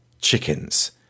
chickens